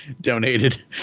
donated